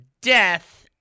death